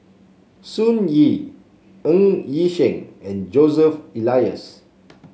Sun Yee Ng Yi Sheng and Joseph Elias